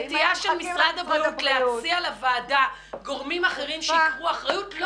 הנטייה של משרד הבריאות להציע לוועדה גורמים אחרים שייקחו אחריות,